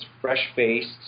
fresh-faced